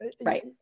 Right